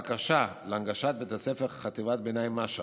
הבקשה להנגשת בית הספר חטיבת ביניים משהד,